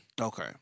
Okay